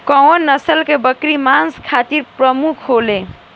कउन नस्ल के बकरी मांस खातिर प्रमुख होले?